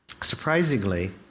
surprisingly